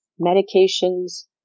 medications